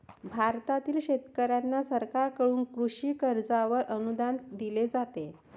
भारतातील शेतकऱ्यांना सरकारकडून कृषी कर्जावर अनुदान दिले जाते